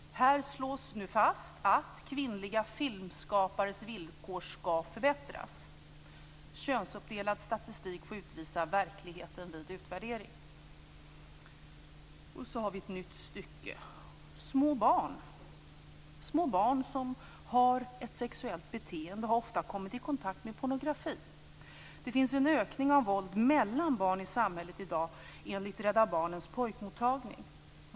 Här slås fast att kvinnliga filmskapares villkor ska förbättras. Könsuppdelad statistik får utvisa verkligheten vid utvärdering. Nästa avsnitt handlar om små barn. Små barn som har ett sexuellt beteende har ofta kommit i kontakt med pornografi. Det finns en ökning av våld mellan barn i samhället i dag, enligt Rädda Barnens pojkmottagning.